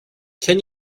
can